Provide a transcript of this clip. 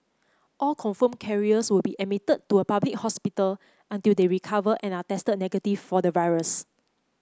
all confirmed carriers will be admitted to a public hospital until they recover and are tested negative for the virus